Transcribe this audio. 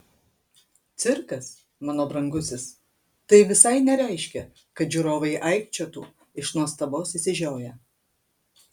cirkas mano brangusis tai visai nereiškia kad žiūrovai aikčiotų iš nuostabos išsižioję